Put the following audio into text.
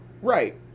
Right